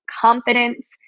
confidence